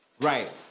right